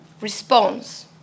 response